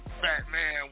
Batman